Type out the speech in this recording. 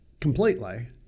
completely